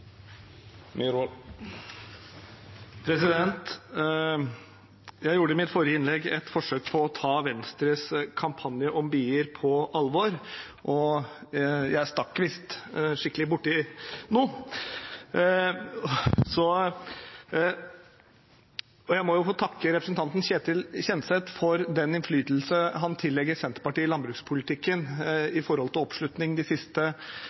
I mitt forrige innlegg gjorde jeg et forsøk på å ta Venstres kampanje om bier på alvor, og jeg stakk visst skikkelig borti noe. Jeg må få takke representanten Ketil Kjenseth for den innflytelse han tillegger Senterpartiet i landbrukspolitikken i forhold til oppslutning de siste